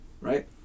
Right